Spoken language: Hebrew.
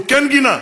הוא כן גינה.